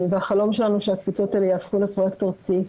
החלום שלנו הוא שהקבוצות האלה יהפכו לפרויקט ארצי,